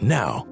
now